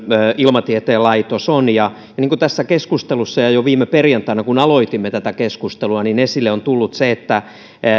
ilmatieteen laitos on ja tässä keskustelussa ja jo viime perjantaina kun aloitimme tätä keskustelua esille on tullut se että